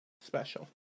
special